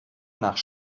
nach